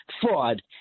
fraud